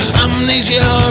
amnesia